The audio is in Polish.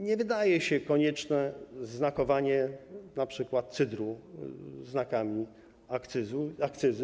Nie wydaje się konieczne znakowanie np. cydru znakami akcyzy.